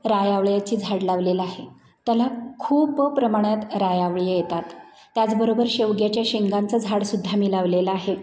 राय आवळ्याची झाड लावलेलं आहे त्याला खूप प्रमाणात राय आवळे येतात त्याचबरोबर शेवग्याच्या शेंगांचं झाडसुद्धा मी लावलेलं आहे